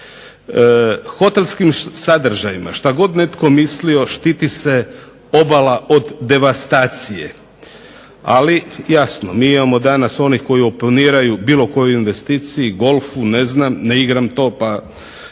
Hotelskim sadržajima što god netko mislio štiti se obala od devastacije. Ali jasno mi imamo danas onih koji oponiraju bilo kojoj investiciju golfu ne znam ne igram to, ali